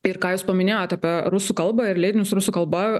ir ką jūs paminėjot apie rusų kalbą ir leidinius rusų kalba